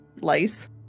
lice